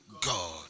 God